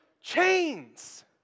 chains